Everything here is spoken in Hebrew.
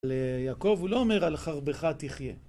ליעקב הוא לא אומר על חרבך תחיה.